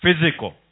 Physical